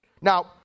Now